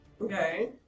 Okay